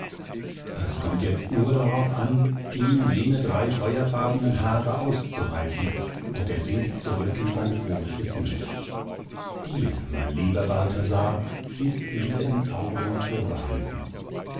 es kommt jetzt nur darauf an ihm jene drei feuerfarbnen haare auszureißen und er sinkt zurück in sein voriges nichts dir mein lieber balthasar ist diese entzauberung vorbehalten